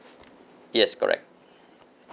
yes correct